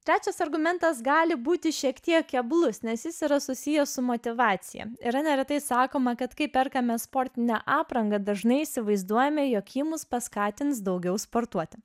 trečias argumentas gali būti šiek tiek keblus nes jis yra susijęs su motyvacija yra neretai sakoma kad kai perkame sportinę aprangą dažnai įsivaizduojame jog ji mus paskatins daugiau sportuoti